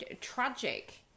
tragic